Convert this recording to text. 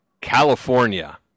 California